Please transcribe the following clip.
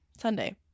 Sunday